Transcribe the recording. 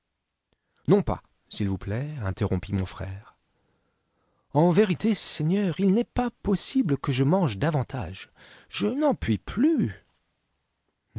non pas s'il vous plaît interrompit mon frère en vérité seigneur il n'est pas possible que je mange davantage je n'en puis plus